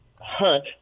hunt –